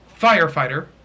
firefighter